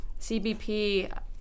CBP